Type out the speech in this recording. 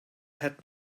had